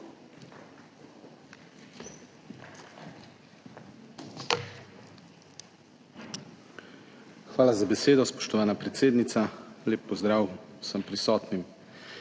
Hvala za besedo, spoštovana predsednica. Lep pozdrav vsem prisotnim!